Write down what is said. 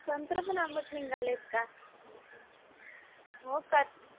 संत्रं पण आंबट निघाले आहेत का हो का